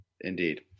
Indeed